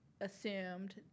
assumed